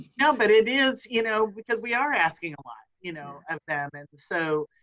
you know but it is you know because we are asking a lot you know of them. and so,